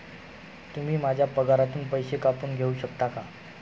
तुम्ही माझ्या पगारातून पैसे कापून घेऊ शकता का?